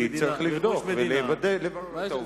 כי צריך לבדוק ולוודא, לברר את העובדות.